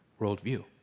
worldview